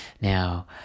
now